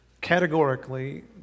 categorically